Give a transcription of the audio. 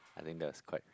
I think that's quite